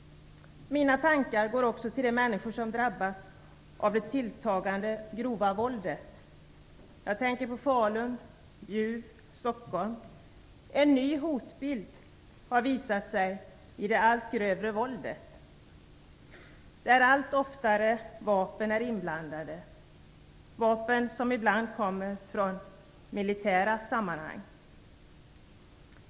Mina tankar går också till de människor som drabbats av det tilltagande grova våldet. Jag tänker på Falun, Bjuv och Stockholm. En ny hotbild har visat sig i det allt grövre våldet, där allt oftare vapen är inblandade, vapen som ibland kommer från det militära.